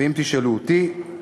ואם תשאלו אותי,